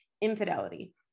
infidelity